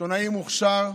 עיתונאי מוכשר,